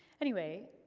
anyway,